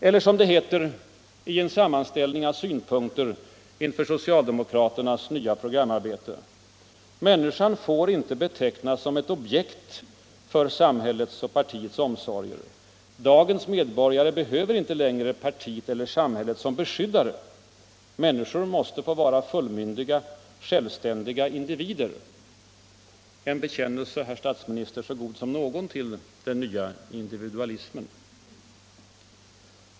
Eller - som det heter i en sammanställning av synpunkter inför socialdemokraternas nya programarbete - människan får inte ”betecknas som ett objekt för samhällets och partiets omsorger”. —- ”Dagens medborgare behöver inte längre partiet eller samhället som beskyddare.” Människor måste få vara fullmyndiga, självständiga individer. En bekännelse så god som någon, herr statsminister, till ”den nya individualismen”!